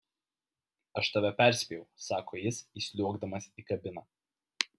aš tave perspėjau sako jis įsliuogdamas į kabiną